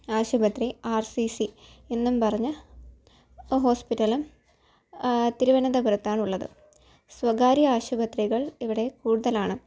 ആശുപത്രി R C C എന്നും പറഞ്ഞ് ഹോസ്പിറ്റലും തിരുവനന്തപുരത്താണ് ഉള്ളത് സ്വകാര്യ ആശുപത്രികൾ ഇവിടെ കൂടുതലാണ്